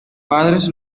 padres